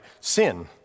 sin